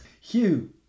Hugh